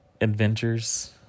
adventures